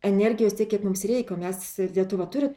energijos tiek kiek mums reik o mes lietuva turi